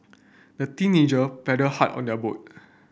the teenager paddled hard on their boat